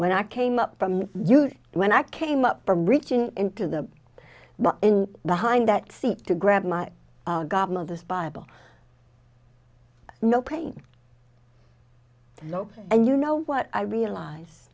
when i came up from you when i came up from reaching into them but in the hind that seek to grab my godmother's bible no pain no and you know what i realize